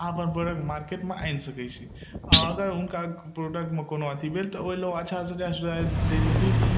अहाँ अपन प्रोडक्ट मार्केटमे आनि सकय छी आओर अगर हुनका प्रोडक्टमे कोनो अथी भेल तऽ ओइ लऽ ओ अच्छासँ दै छथिन